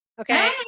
Okay